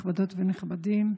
מכובדות ומכובדים,